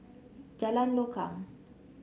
Jalan Lokam